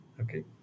okay